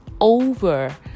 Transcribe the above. over